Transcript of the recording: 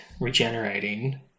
regenerating